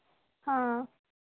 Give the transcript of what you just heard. हाँ